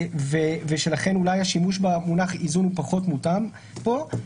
לכן אולי השימוש במונח "איזון" פחות מותאם פה.